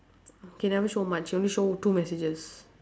he never show much he only show two messages